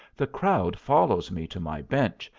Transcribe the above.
the crowd follows me to my bench,